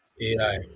AI